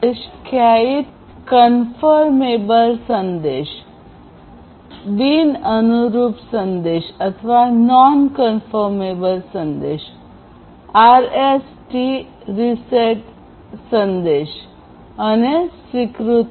CoAP ચાર પ્રકારના સંદેશાઓને વ્યાખ્યાયિત કરે છે કન્ફર્મેબલ સંદેશ બિન અનુરૂપ સંદેશ આરએસટી રીસેટ સંદેશ અને સ્વીકૃતિ